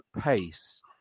pace